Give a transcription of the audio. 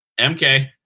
MK